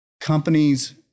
companies